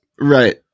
Right